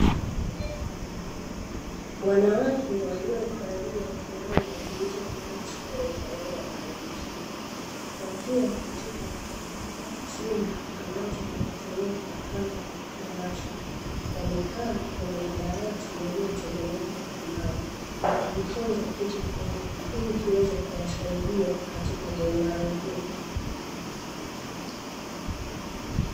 Wanawake waliovalia furaha na zilizo na rangi sare pamoja na maandishi wakiwa katika chumba ambacho kinatumika kama darasa wamekaa kwenye madawati yaliyotengenezwa kwamba wakijifunza kitu fulani ili kiweze kuwasaidia katika muungano huo.